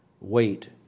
wait